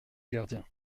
gardien